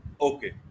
Okay